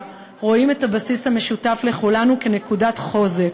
רואים את הבסיס המשותף לכולנו כנקודת חוזק,